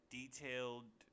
detailed